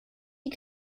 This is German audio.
die